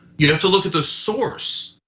you'd have to look at the source.